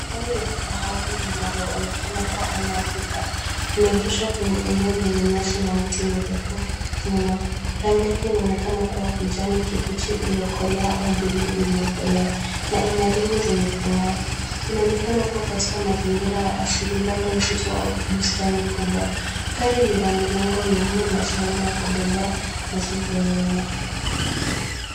Gari la kifahari linalo onekana kuwa aina ya pick up limeegeshwa kwenye eneo lenye nyasi na miti mirefu nyuma, rangi yake inaonekana kuwa ya kijani kibichi iliyokolea au bluu iliyokolea na ina rimu zenya kungaa inaonekana kuwa katika mazingira ya asili labda msitu wa bustani kubwa, Gari lina milango minne na sehemu ya kubebea mizigo nyuma.